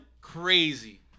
crazy